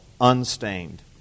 unstained